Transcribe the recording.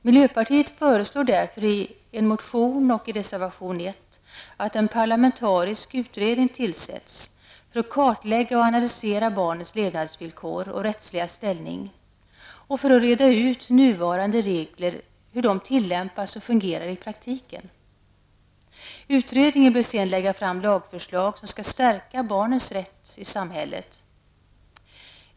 Miljöpartiet föreslår därför i en motion och i reservation 1 att en parlamentarisk utredning tillsätts för att kartlägga och analysera barnens levnadsvillkor och rättsliga ställning och för att reda ut hur nuvarande regler tillämpas och fungerar i praktiken. Utredningen bör sedan lägga fram lagförslag som skall stärka barnens rätt i samhället.